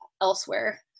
elsewhere